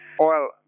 oil